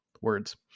words